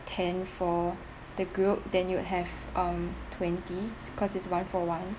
ten for the group then you'd have um twenty cause it's one for one